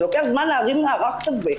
זה לוקח זמן להרים מערך כזה.